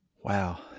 Wow